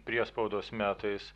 priespaudos metais